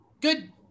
good